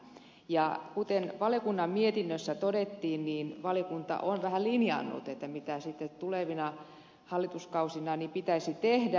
ja kuten valiokunnan mietinnössä todettiin valiokunta on vähän linjannut mitä sitten tulevina hallituskausina pitäisi tehdä